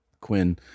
Quinn